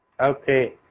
okay